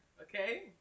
Okay